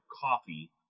coffee